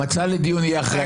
המצע לדיון יהיה אחרי הדיון?